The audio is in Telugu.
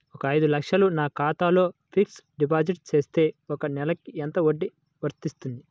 ఒక ఐదు లక్షలు నా ఖాతాలో ఫ్లెక్సీ డిపాజిట్ చేస్తే ఒక నెలకి ఎంత వడ్డీ వర్తిస్తుంది?